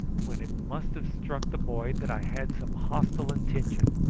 when it must have struck the boy that i had some hostile intention,